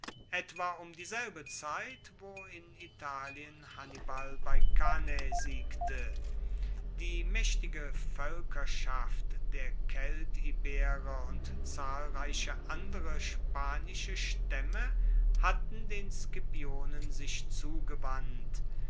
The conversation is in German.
etwa um dieselbe zeit wo in italien hannibal bei cannae siegte die maechtige voelkerschaft der keltiberer und zahlreiche andere spanische staemme hatten den scipionen sich zugewandt